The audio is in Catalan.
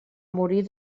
morir